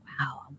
wow